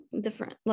different